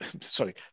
sorry